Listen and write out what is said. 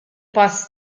pass